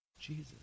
Jesus